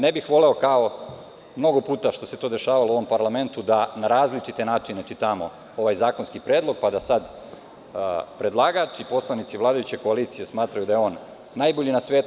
Ne bih voleo, kao mnogo puta što se dešavalo u ovom parlamentu, da na različite načine čitamo ovaj zakonski predlog, pa da sada predlagač i poslanici vladajuće koalicije smatraju da je on najbolji na svetu.